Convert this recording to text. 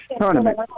tournament